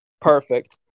Perfect